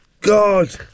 god